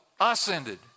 ascended